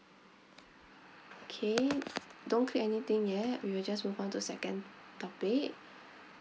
okay don't click anything yet we will just move on to second topic